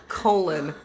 colon